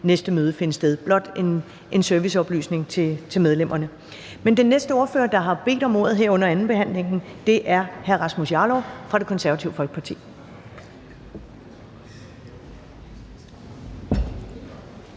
næste møde finde sted. Det er blot en serviceoplysning til medlemmerne. Den næste ordfører, der har bedt om ordet her under andenbehandlingen, er hr. Rasmus Jarlov fra Det Konservative Folkeparti.